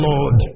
Lord